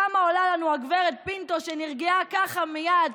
כמה עולה לנו גב' פינטו, שנרגעה, ככה, מייד?